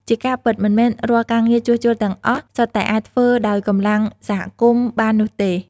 ជាការពិត មិនមែនរាល់ការងារជួសជុលទាំងអស់សុទ្ធតែអាចធ្វើដោយកម្លាំងសហគមន៍បាននោះទេ។